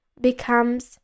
becomes